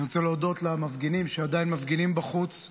אני רוצה להודות למפגינים שעדיין מפגינים בחוץ.